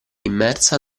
immersa